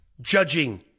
judging